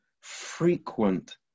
frequent